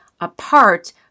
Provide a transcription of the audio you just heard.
apart